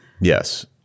Yes